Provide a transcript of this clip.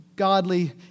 Godly